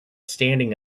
standing